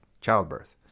childbirth